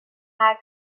دارم